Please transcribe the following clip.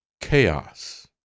chaos